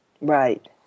Right